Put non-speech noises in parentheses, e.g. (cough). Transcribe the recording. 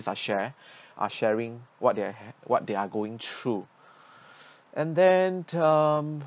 share are sharing what they are what they are going through (breath) and then um